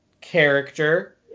character